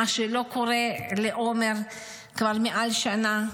מה שלא קורה לעומר כבר מעל שנה.